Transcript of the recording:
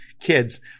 kids